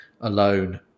alone